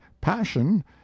passion